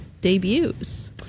debuts